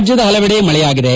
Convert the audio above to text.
ರಾಜ್ಯದ ಹಲವೆಡೆ ಮಳೆಯಾಗಿದೆ